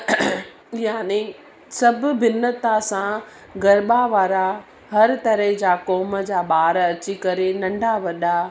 यानी सभ भिनता सां गरबा वारा हर तरह जा कौम जा ॿार अची करे नंढा वॾा